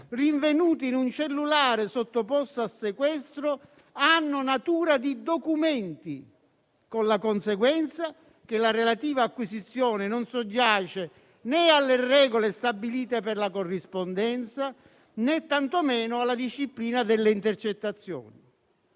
rinvenuti in un cellulare sottoposto a sequestro hanno natura di documenti, con la conseguenza che la relativa acquisizione non soggiace alle regole stabilite per la corrispondenza né tantomeno alla disciplina delle intercettazioni.